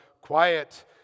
quiet